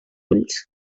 ulls